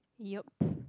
yup